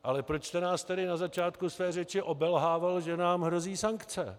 Ale proč jste nás tedy na začátku své řeči obelhával, že nám hrozí sankce?